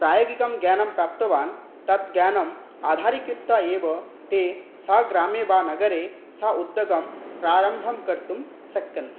प्रायोगिकं ज्ञानं प्राप्तवान् तत् ज्ञानम् आधारीकृत्य एव ते सग्रामे वा नगरे स्व उद्योगं प्रारम्भं कर्तुं शक्यन्ते